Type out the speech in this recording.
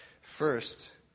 First